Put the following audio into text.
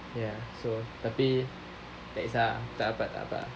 ya so tapi tak kesah dapat tak dapat